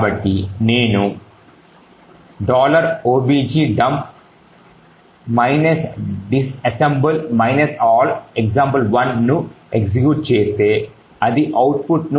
కాబట్టి నేను objdump -disassemble all example1 ను ఎక్జిక్యూట చేస్తే అది అవుట్పుట్ను example1